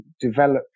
develop